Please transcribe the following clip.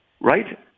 Right